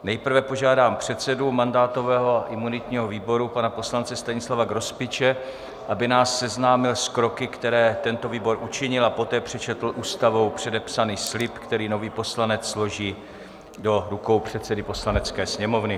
Nejprve požádám předsedu mandátového a imunitního výboru, pana poslance Stanislava Grospiče, aby nás seznámil s kroky, které tento výbor učinil, a poté přečetl Ústavou předepsaný slib, který nový poslanec složí do rukou předsedy Poslanecké sněmovny.